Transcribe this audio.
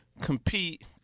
compete